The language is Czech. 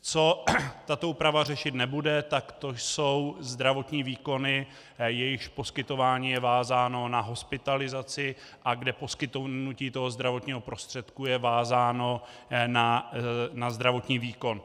Co tato úprava řešit nebude, to jsou zdravotní výkony, jejichž poskytování je vázáno na hospitalizaci a kde poskytnutí toho zdravotního prostředku je vázáno na zdravotní výkon.